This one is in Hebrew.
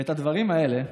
את הדברים האלה,